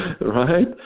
Right